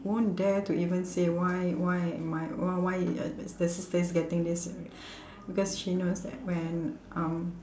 won't dare to even say why why my why why the sister is getting this because she knows that when um